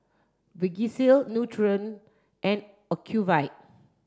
Vagisil Nutren and Ocuvite